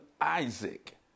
Isaac